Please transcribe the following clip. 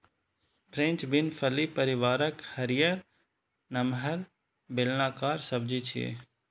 French bean फली परिवारक हरियर, नमहर, बेलनाकार सब्जी छियै